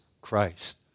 Christ